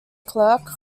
clerk